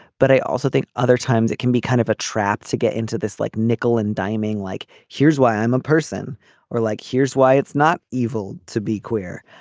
but i also think other times it can be kind of a trap to get into this like nickel and diming like here's why i'm a person or like here's why it's not evil to be queer.